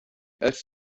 als